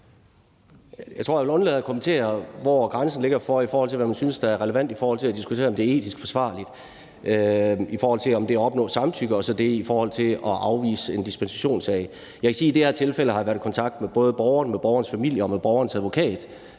Jeg tror, at jeg vil undlade at kommentere, hvor grænsen ligger, i forhold til hvad man synes er relevant, og i forhold til at diskutere, om det er etisk forsvarligt, og i forhold til det at opnå samtykke og i forhold til at afvise en dispensationssag. Jeg kan sige, at i det her tilfælde har jeg været i kontakt med både borgeren, borgerens familie og borgernes advokat